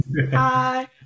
Hi